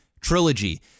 trilogy